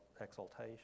exaltation